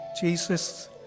Jesus